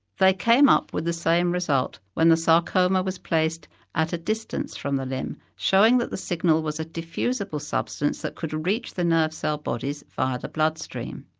they came up with the same result when the sarcoma was placed at a distance from the limb, showing that the signal was a diffusible substance that could reach the nerve cell bodies via the blood stream.